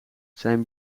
zijn